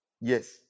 Yes